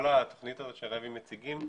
כל התכנית הזאת שרשות מקרקעי ישראל מציגה